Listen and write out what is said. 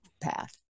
path